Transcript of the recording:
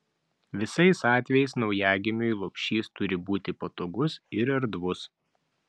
visais atvejais naujagimiui lopšys turi būti patogus ir erdvus